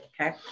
Okay